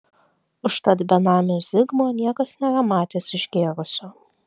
užtat benamio zigmo niekas nėra matęs išgėrusio